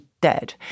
dead